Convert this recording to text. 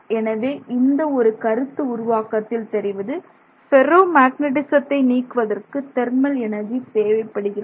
எனவே இந்த ஒரு கருத்து உருவாக்கத்தில் தெரிவது ஃபெர்ரோ மேக்னெட்டிசத்தை நீக்குவதற்கு தெர்மல் எனர்ஜி தேவைப்படுகிறது